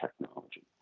technology